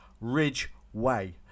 Ridgeway